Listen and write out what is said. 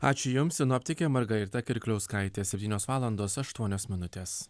ačiū jums sinoptikė margarita kirkliauskaitė septynios valandos aštuonios minutės